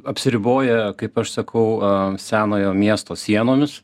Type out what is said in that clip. apsiriboja kaip aš sakau senojo miesto sienomis